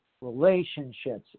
relationships